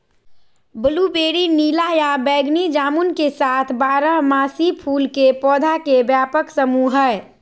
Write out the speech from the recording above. blueberry नीला या बैगनी जामुन के साथ बारहमासी फूल के पौधा के व्यापक समूह हई